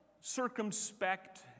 circumspect